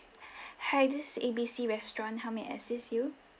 hi this is A B C restaurant how may I assist you